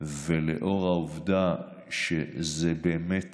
ולאור העובדה שזה באמת